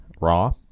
raw